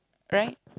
right